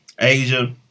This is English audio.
Asia